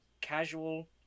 casual